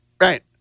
right